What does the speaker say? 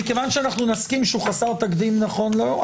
מכיוון שאנחנו נסכים שהוא חסר תקדים נכון להיום,